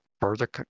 further